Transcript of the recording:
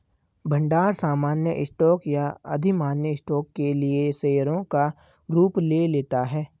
भंडार सामान्य स्टॉक या अधिमान्य स्टॉक के लिए शेयरों का रूप ले लेता है